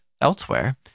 elsewhere